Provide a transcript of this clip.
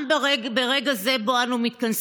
גם ברגע זה שבו אנו מתכנסים.